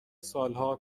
سالها